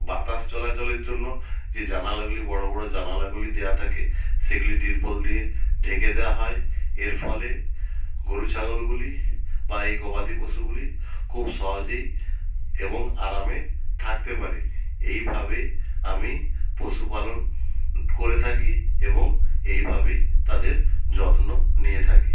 বাতাস চলাচলের জন্য যে জানালাগুলি বড় বড় জানালাগুলি দেওয়া থাকে সেগুলি ত্রিপল দিয়ে ঢেকে দেওয়া হয় এর ফলে গরু ছাগলগুলি বা এই গবাদি পশুগুলি খুব সহজেই এবং আরামে থাকতে পারে এইভাবে আমি পশুপালন করে থাকি এবং এইভাবেই তাদের যত্ন নিয়ে থাকি